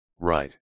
right